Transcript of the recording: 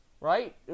right